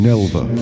Nelva